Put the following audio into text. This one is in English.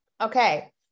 okay